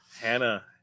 Hannah